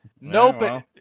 Nope